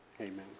amen